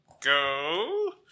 go